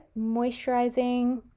moisturizing